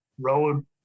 road